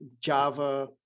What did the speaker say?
Java